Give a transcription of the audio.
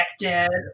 connected